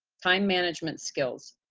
time management skills,